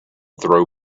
throw